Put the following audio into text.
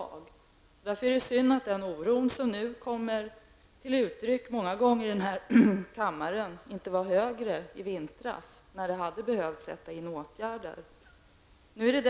Jag tycker därför att det är synd att den oro som nu kommer till uttryck, många gånger här i kammaren, inte var större i vintras, när åtgärder hade behövt sättas in.